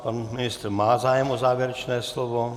Pan ministr má zájem o závěrečné slovo.